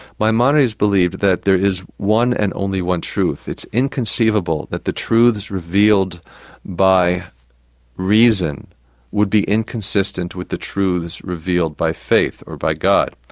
maimonides believed that there is one and only one truth. it's inconceivable that the truths revealed by reason would be inconsistent with the truths revealed by faith, or by god.